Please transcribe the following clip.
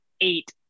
eight